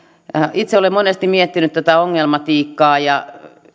itse olen monesti miettinyt tätä ongelmatiikkaa ja